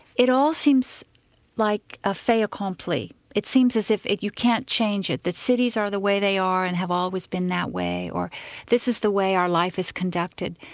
it all seems like a fait accompli, it seems as if you can't change it, that cities are the way they are, and have always been that way, or this is the way our life is conducted.